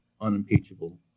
unimpeachable